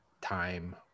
time